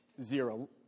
zero